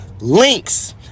links